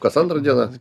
kas antrą dieną